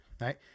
right